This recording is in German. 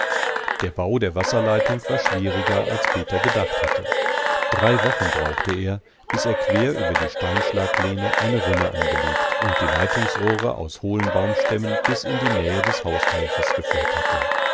der bau der wasserleitung war schwieriger als peter gedacht hatte drei wochen brauchte er bis er quer über die steinschlaglehne eine rinne angelegt und die leitungsrohre aus hohlen baumstämmen bis in die nähe des hausteiches geführt hatte